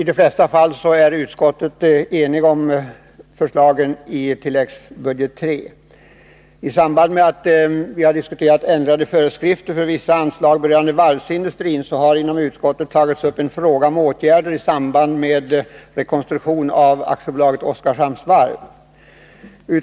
I de flesta fall är utskottet enigt om förslagen i tilläggsbudget III. I anslutning till att vi diskuterade ändrade föreskrifter för vissa anslag rörande varvsindustrin togs inom utskottet upp en fråga om åtgärder i samband med rekonstruktionen av AB Oskarshamns Varv.